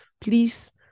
please